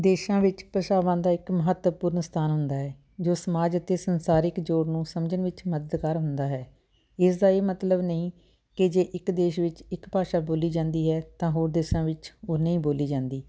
ਦੇਸ਼ਾਂ ਵਿੱਚ ਭਸ਼ਾਵਾਂ ਦਾ ਇੱਕ ਮਹੱਤਵਪੂਰਨ ਸਥਾਨ ਹੁੰਦਾ ਹੈ ਜੋ ਸਮਾਜ ਅਤੇ ਸੰਸਾਰਿਕ ਜੋੜ ਨੂੰ ਸਮਝਣ ਵਿੱਚ ਮਦਦਗਾਰ ਹੁੰਦਾ ਹੈ ਇਸ ਦਾ ਇਹ ਮਤਲਬ ਨਹੀਂ ਕਿ ਜੇ ਇੱਕ ਦੇਸ਼ ਵਿੱਚ ਇੱਕ ਭਾਸ਼ਾ ਬੋਲੀ ਜਾਂਦੀ ਹੈ ਤਾਂ ਹੋਰ ਦੇਸ਼ਾਂ ਵਿੱਚ ਉਹ ਨਹੀਂ ਬੋਲੀ ਜਾਂਦੀ